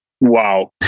Wow